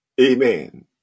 amen